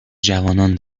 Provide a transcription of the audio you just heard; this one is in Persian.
جوانان